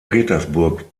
petersburg